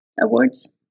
Awards